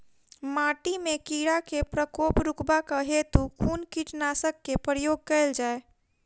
माटि मे कीड़ा केँ प्रकोप रुकबाक हेतु कुन कीटनासक केँ प्रयोग कैल जाय?